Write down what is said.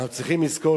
אנחנו צריכים לזכור